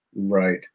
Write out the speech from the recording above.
right